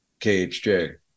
KHJ